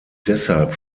deshalb